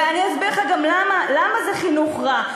ואני גם אסביר לך למה זה חינוך רע.